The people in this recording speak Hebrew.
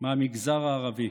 מהמגזר הערבי.